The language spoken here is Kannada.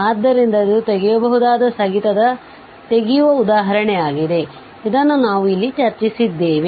ಆದ್ದರಿಂದ ಇದು ತೆಗೆಯಬಹುದಾದ ಸ್ಥಗಿತದ ತೆಗೆಯುವ ಉದಾಹರಣೆಯಾಗಿದೆ ಇದನ್ನು ನಾವು ಇಲ್ಲಿ ಚರ್ಚಿಸಿದ್ದೇವೆ